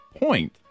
point